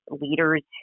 leaders